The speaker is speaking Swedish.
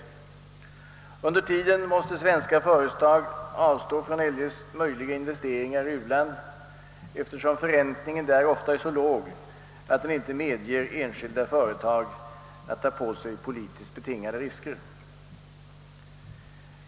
Under tiden måste svenska företag avstå från eljest möjliga investeringar i u-länderna, eftersom förräntningen där ofta är så låg att den inte medger enskilda företag att ta på sig politiskt betingade risker.